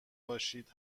باشید